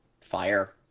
fire